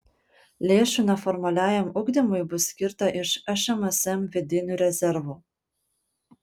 lėšų neformaliajam ugdymui bus skirta iš šmsm vidinių rezervų